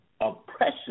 oppression